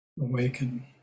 Awaken